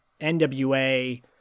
NWA